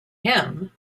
him